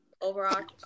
overarching